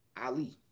Ali